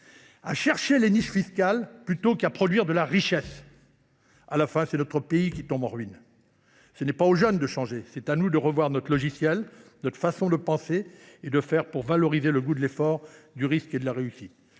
à chercher les niches fiscales plutôt qu’à produire de la richesse ? C’est vrai ! À la fin, c’est notre pays qui tombe en ruines. Ce n’est pas aux jeunes de changer ; c’est à nous de revoir notre logiciel, notre façon de penser et de faire, pour valoriser le goût de l’effort, du risque et de la réussite.